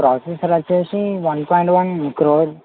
processor వచ్చేసి one point one క్రో